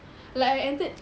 like I entered